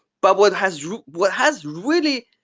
but what has what has really